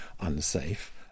unsafe